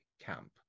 camp